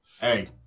Hey